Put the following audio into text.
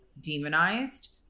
demonized